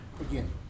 again